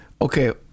Okay